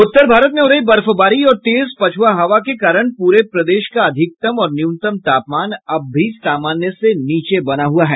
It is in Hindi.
उत्तर भारत में हो रही बर्फबारी और तेज पछुआ हवा के कारण पूरे प्रदेश का अधिकतम और न्यूनतम तापमान अब भी सामान्य से नीचे बना हुआ है